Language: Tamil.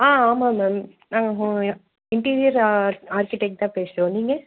ஆ ஆமாம் மேம் நாங்கள் இன்டீரியர் ஆர்க்கிடெக் தான் பேசுகிறோம் நீங்கள்